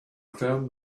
found